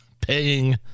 paying